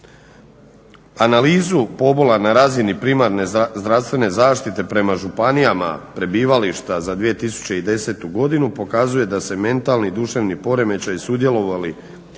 Analizu pobola na razini primarne zdravstvene zaštite prema županijama prebivališta za 2010. godinu pokazuje da se mentalni i duševni poremećaj sudjelovali